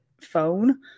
phone